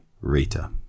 Rita